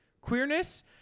queerness